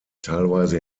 teilweise